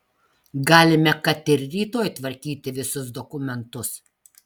galime kad ir rytoj tvarkyti visus dokumentus